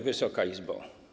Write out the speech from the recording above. Wysoka Izbo!